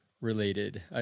related